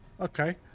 Okay